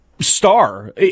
star